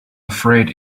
afraid